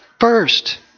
first